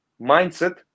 mindset